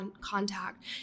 contact